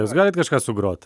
jūs galit kažką sugrot